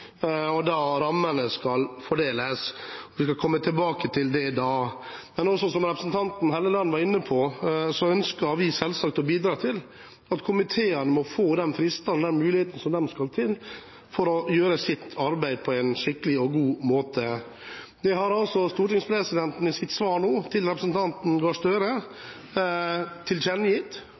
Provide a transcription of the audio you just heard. desember. Da er budsjettdebatten, og da skal rammene fordeles. Vi skal komme tilbake til det da. Men som representanten Helleland var inne på, ønsker vi selvsagt å bidra til at komiteene får de fristene og den muligheten som skal til for å gjøre sitt arbeid på en skikkelig og god måte. Det har stortingspresidenten i sitt svar nå til representanten Gahr Støre